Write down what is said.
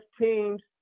teams